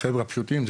החבר'ה הפשוטים,